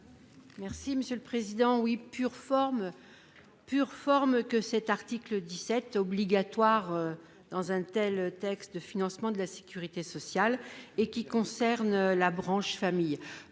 présenter l'amendement n° 1772. Pure forme que cet article 17, obligatoire dans un tel texte de financement de la sécurité sociale, et qui concerne la branche famille.